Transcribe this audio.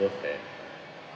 unfair